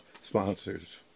sponsors